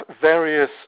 various